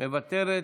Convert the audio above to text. מוותרת,